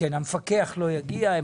המפקח לא יגיע.